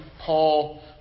Paul